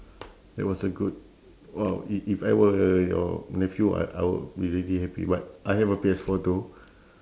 that was a good !wow! i~ if I were your nephew I I would be really happy but I have a P_S four too